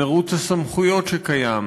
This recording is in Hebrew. מירוץ הסמכויות שקיים,